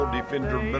Defender